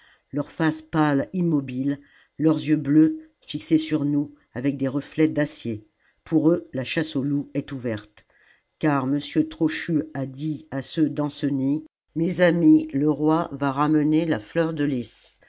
leurs faces pâles immobiles leurs yeux bleus fixés sur nous avec des reflets d'acier pour eux la chasse aux loups est ouverte car monsieur trochu a dit à ceux d'ancenis mes amis le roy va ramener les fleurs de lys